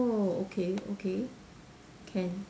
oh okay okay can